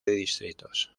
distritos